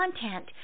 content